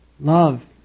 Love